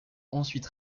ensuite